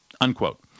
Unquote